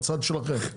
הצד שלכם,